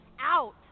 out